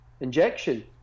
injection